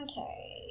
Okay